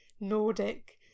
Nordic